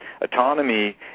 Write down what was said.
autonomy